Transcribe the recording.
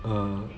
uh